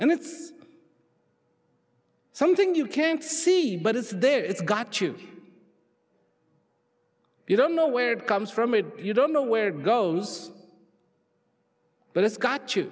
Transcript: and it's something you can't see but it's there it's got to you don't know where it comes from it you don't know where it goes but it's